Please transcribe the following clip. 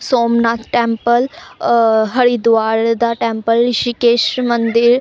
Somnath temple Haridwar ਦਾ temple Rishikesh ਮੰਦਰ